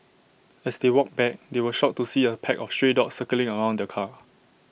as they walked back they were shocked to see A pack of stray dogs circling around the car